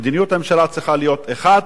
מדיניות הממשלה צריכה להיות אחת,